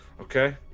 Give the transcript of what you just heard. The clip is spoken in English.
Okay